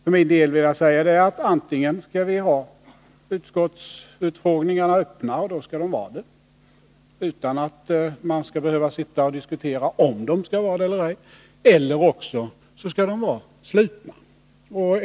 För min del vill jag säga att utskottsutfrågningarna antingen bör vara öppna, så att man inte skall behöva diskutera om de skall vara det eller ej, eller också bör de vara slutna.